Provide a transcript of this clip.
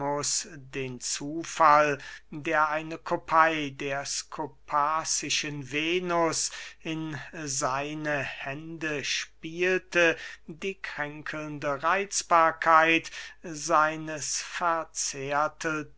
den zufall der eine kopey der skopassischen venus in seine hände spielte die kränkelnde reitzbarkeit seines